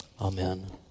amen